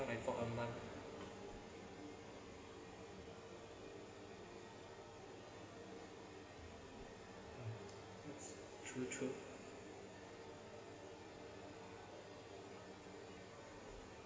for a month true true